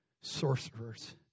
sorcerers